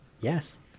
Yes